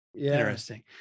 interesting